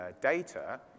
data